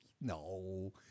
No